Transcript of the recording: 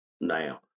now